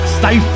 stay